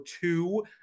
two